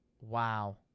Wow